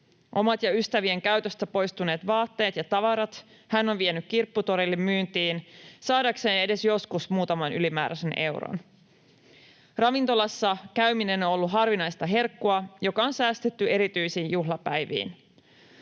Omat ja ystävien käytöstä poistuneet vaatteet ja tavarat hän on vienyt kirpputorille myyntiin saadakseen edes joskus muutaman ylimääräisen euron. Ravintolassa käyminen on ollut harvinaista herkkua, joka on säästetty erityisiin juhlapäiviin.